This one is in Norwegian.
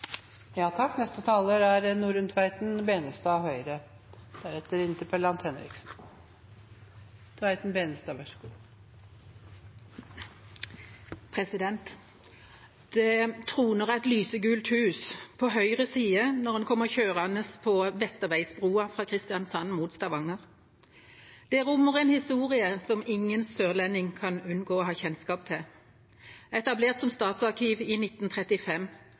Det troner et lysegult hus på høyre side når en kommer kjørende på Vesterveibroa fra Kristiansand mot Stavanger. Det rommer en historie som ingen sørlending kan unngå å ha kjennskap til, etablert som statsarkiv i 1935,